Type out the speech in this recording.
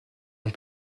ont